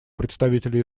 представителя